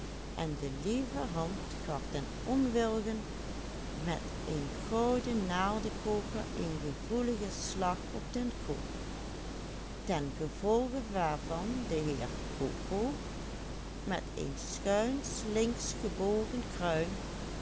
slag op den kop ten gevolge waarvan de heer coco met een schuinslinks gebogen kruin